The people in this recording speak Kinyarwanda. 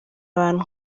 abantu